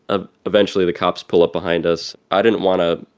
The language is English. ah eventually the cops pull up behind us. i didn't want to